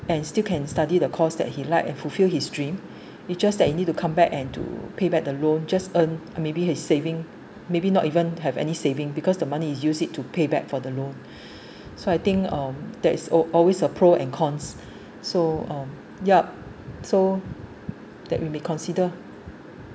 and still can study the course that he liked and fulfil his dream it's just that you need to come back and to pay back the loan just earn maybe his saving maybe not even have any saving because the money is use it to pay back for the loan so I think uh there is al~ always a pro and cons so um yup so that we may consider